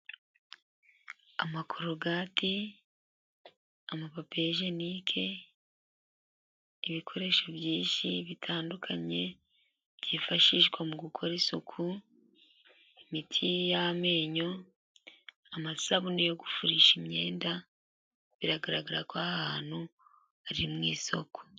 Amakorogati, amapapiyejenike, ibikoresho byinshi bitandukanye byifashishwa mu gukora isuku, imiti y'amenyo, amasabune yo gufurisha imyenda, biragaragara ko aha hantu ari mu isoko.